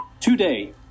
Today